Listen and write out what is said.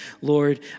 Lord